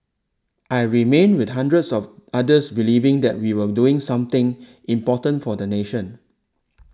I remained with hundreds of others believing that we were doing something important for the nation